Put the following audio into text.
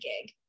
gig